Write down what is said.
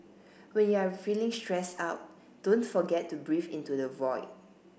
when you are feeling stressed out don't forget to breathe into the void